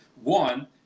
One